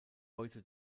heute